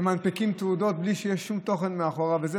אתם מנפיקים תעודות בלי שיהיה שום תוכן מאחוריהן.